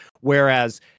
Whereas